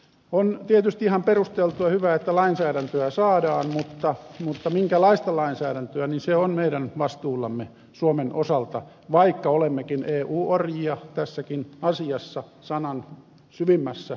on tietysti ihan perusteltua ja hyvä että lainsäädäntöä saadaan mutta minkälaista lainsäädäntöä se on meidän vastuullamme suomen osalta vaikka olemmekin eu orjia tässäkin asiassa sanan syvimmässä merkityksessä